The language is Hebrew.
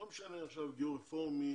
לא משנה עכשיו גיור רפורמי,